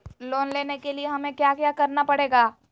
Loan लेने के लिए हमें क्या क्या करना पड़ेगा?